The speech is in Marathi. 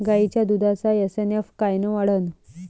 गायीच्या दुधाचा एस.एन.एफ कायनं वाढन?